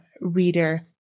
reader